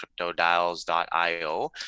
cryptodials.io